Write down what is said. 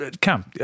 Cam